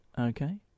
Okay